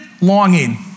longing